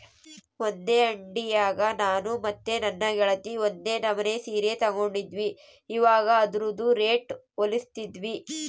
ಒಂದೇ ಅಂಡಿಯಾಗ ನಾನು ಮತ್ತೆ ನನ್ನ ಗೆಳತಿ ಒಂದೇ ನಮನೆ ಸೀರೆ ತಗಂಡಿದ್ವಿ, ಇವಗ ಅದ್ರುದು ರೇಟು ಹೋಲಿಸ್ತಿದ್ವಿ